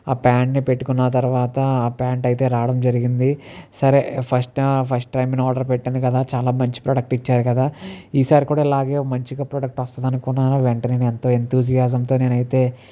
ఆ ప్యాంట్ని నేను పెట్టుకున్న తర్వాత ఆ ప్యాంట్ అయితే రావడం జరిగింది సరే ఫస్ట్ టైం ఫస్ట్ టైం నేను ఆర్డర్ పెట్టాను కదా చాలా మంచి ప్రోడక్ట్ ఇచ్చారు కదా ఈసారి కూడా ఇలాగే మంచిగా ప్రోడక్ట్ వస్తుందనుకున్నాను వెంటనే ఎంతో ఎంతుజియాజంతో నేనైతే